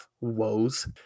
woes